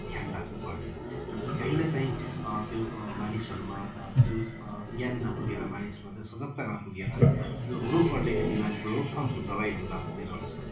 ध्यान राख्नुपर्ने हो किनकि कहीँ न कहीँ त्यो मानिसहरूमा त्यो ज्ञान नपुगेर मानिसमा त्यो सजगता नपुगेर है त्यो हुनुपर्ने त्यो बिमारीको रोकथामको दबाईहरू नपुगेर हुन्छ